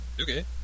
Okay